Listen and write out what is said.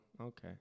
Okay